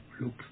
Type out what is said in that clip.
Look